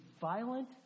violent